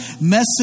message